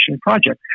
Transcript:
project